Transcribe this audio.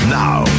now